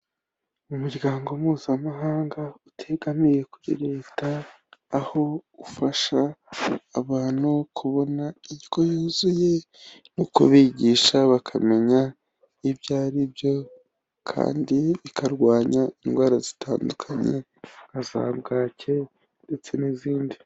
Umuryango mpuzamahanga utegamiye kuri Leta, aho ufasha abantu kubona indyo yuzuye no kubigisha bakamenya ibyo ari byo kandi ikarwanya indwara zitandukanye nka za bwake ndetse n'izindi.